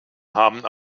haben